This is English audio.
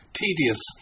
tedious